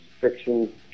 fiction